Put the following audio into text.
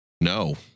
No